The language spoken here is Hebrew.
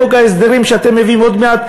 בחוק ההסדרים שאתם מביאים עוד מעט,